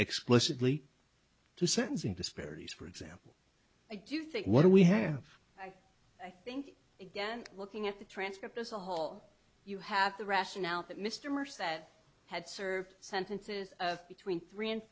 explicitly to sentencing disparities for example i do think what we have and i think again looking at the transcript as a whole you have the rationale that mr mercer that had served sentences between three and